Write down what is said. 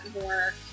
more